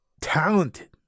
talented